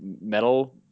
metal